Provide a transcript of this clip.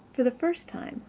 for the first time,